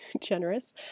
generous